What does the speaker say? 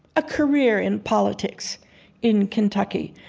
ah career in politics in kentucky.